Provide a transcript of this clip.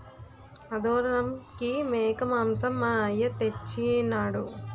ఆదోరంకి మేకమాంసం మా అయ్య తెచ్చెయినాడు